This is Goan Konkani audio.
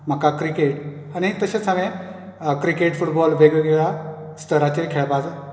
म्हाका क्रिकेट आनी तशेंच हांवेन क्रिकेट फुटबॉल वेगवेगळ्या स्थराचेर खेळपा जाय